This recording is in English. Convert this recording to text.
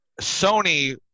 Sony